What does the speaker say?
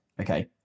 Okay